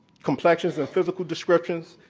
complexions and physical descriptions,